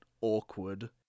awkward